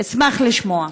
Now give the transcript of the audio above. אשמח לשמוע.